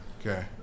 Okay